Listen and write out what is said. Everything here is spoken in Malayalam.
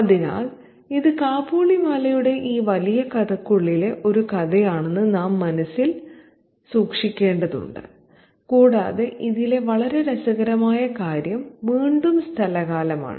അതിനാൽ ഇത് കാബൂളിവാലയുടെ ഈ വലിയ കഥയ്ക്കുള്ളിലെ ഒരു കഥയാണെന്ന് നാം മനസ്സിൽ സൂക്ഷിക്കേണ്ടതുണ്ട് കൂടാതെ ഇതിലെ വളരെ രസകരമായ കാര്യം വീണ്ടും സ്ഥലകാലമാണ്